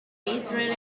israel